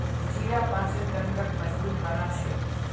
जीरा पाचन तंत्रक मजबूत बना छेक